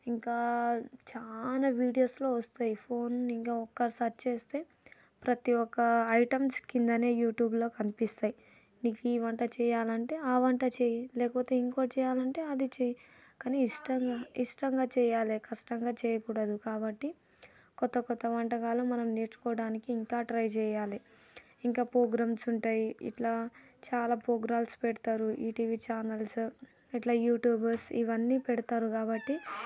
ఇంకా చాలా వీడియోస్లో వస్తాయి ఫోన్ ఇంకా సర్చ్ చేస్తే ప్రతి ఒక్క ఐటమ్స్ కిందనే యూట్యూబ్లో కనిపిస్తాయి నీకు ఈ వంట చేయాలంటే ఆ వంట చేయి లేకపోతే ఇంకోటి చేయాలంటే అది చేయి కానీ ఇష్టంగా ఇష్టంగా చేయాలి కష్టంగా చేయకూడదు కాబట్టి కొత్త కొత్త వంటకాలు మనం నేర్చుకోవడానికి ఇంకా ట్రై చేయాలి ఇంకా ప్రోగ్రామ్స్ ఉంటాయి ఇట్లా చాలా ప్రోగ్రామ్స్ పెడతారు ఈటీవీ చానల్స్ ఇట్లా యూట్యూబర్స్ ఇవన్నీ పెడతారు కాబట్టి